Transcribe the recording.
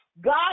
God